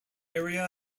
area